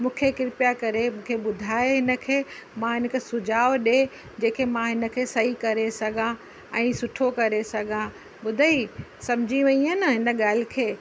मूंखे कृप्या करे मूंखे ॿुधाए हिनखे मां हिनखे सुझाव ॾे जंहिं खे मां हिनखे सही करे सघां ऐं सुठो करे सघां ॿुधई समुझी वेईअ न हिन ॻाल्हि खे